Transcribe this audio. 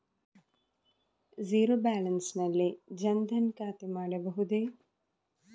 Zero balance ನಲ್ಲಿ ಜನ್ ಧನ್ ಖಾತೆ ಮಾಡಬಹುದೇ?